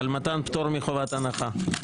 על מתן פטור מחובת הנחה.